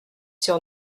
sur